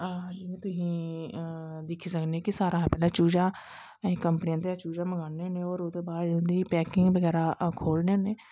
जियां तुस दिक्खी सकनें कि सारें कशा दा पैह्लैं चूचा अस कंपनी दा चूचा मंगवानें होन्ने और उंदी पैकिंग बगैारा अस खोलने होन्ने